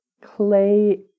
Clay